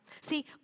See